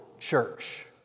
church